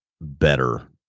better